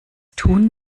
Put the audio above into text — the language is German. tun